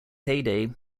heyday